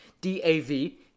D-A-V